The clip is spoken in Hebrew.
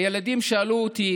הילדים שאלו אותי